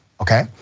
okay